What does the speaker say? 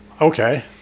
Okay